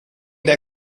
der